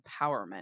empowerment